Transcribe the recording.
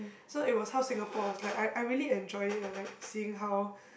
so it was how Singapore was like I I really enjoy it ah like seeing how